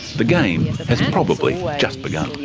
the game has probably just begun.